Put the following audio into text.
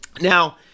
Now